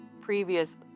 previous